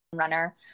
runner